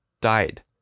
died